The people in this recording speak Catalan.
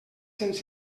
cents